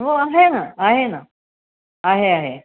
हो आहे ना आहे ना आहे आहे